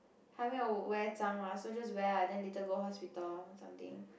hai mei you wear zang mah so just wear ah then later go hospital or something